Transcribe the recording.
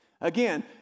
Again